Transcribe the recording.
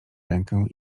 rękę